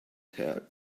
her